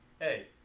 hey